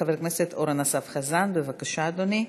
חבר הכנסת אורן אסף חזן, בבקשה, אדוני.